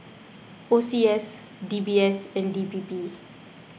O C S D B S and D P P